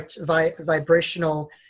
vibrational